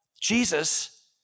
Jesus